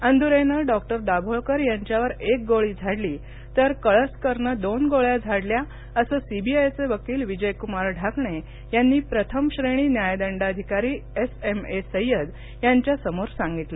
अंदुरेनं doctor Dabholkar यांच्यावर एक गोळी झाडली तर कळसकरनं दोन गोळ्या झाडल्या असं सीबीआयचे वकील विजयक्मार ढाकणे यांनी प्रथम श्रेणी न्यायदंडाधिकारी एस एम ए सय्यद यांच्यासमोर सांगितलं